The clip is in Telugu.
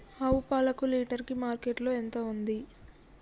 ఆవు పాలకు లీటర్ కి మార్కెట్ లో ఎంత ఉంది?